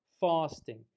fasting